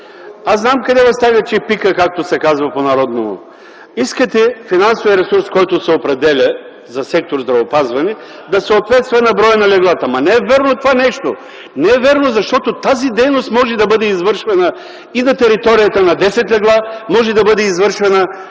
Аз знам къде ви стяга чепикът, както се казва по народному. Искате финансовият ресурс, който се определя за сектор „Здравеопазване” да съответства на броя на леглата. Ама, не е вярно това нещо! Не е вярно, защото тази дейност може да бъде извършвана и на територията на десет легла, може да бъде извършвана